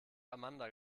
amanda